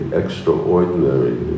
extraordinary